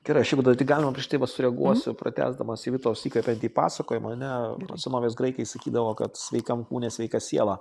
gerai aš jeigu dar tik galima prieš tai va sureaguosiu pratęsdamas vitos įkvepiantį pasakojimą ane senovės graikai sakydavo kad sveikam kūne sveika siela